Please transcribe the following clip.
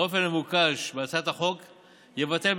באופן המבוקש בהצעת החוק יבטל,